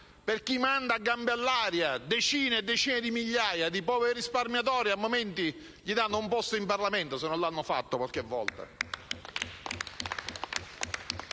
a chi manda a gambe all'aria decine di migliaia di poveri risparmiatori a momenti danno un posto in Parlamento, se non l'hanno già fatto qualche volta.